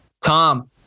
Tom